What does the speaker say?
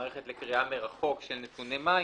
מערכת לקריאה מרחוק של נתוני מים,